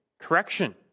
correction